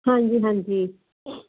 ਹਾਂਜੀ ਹਾਂਜੀ